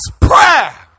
prayer